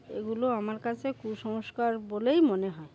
এগুলো আমার কাছে কুসংস্কার বলেই মনে হয়